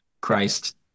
Christ